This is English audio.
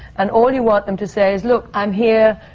and all you want them to say is, look, i'm here.